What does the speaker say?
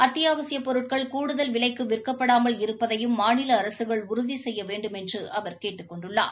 அத்தியாவசியப் பொருட்களை கூடுதல் விலைக்கு விற்கப்படாமல் இருப்பதையும் மாநில அரசுகள் உறுதி செய்ய வேண்டுமென்று அவர் கேட்டுக் கொண்டுள்ளார்